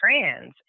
trans